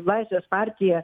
laisvės partija